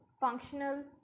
functional